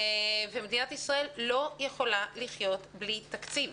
מדינת ישראל לא יכולה לחיות בלי תקציב.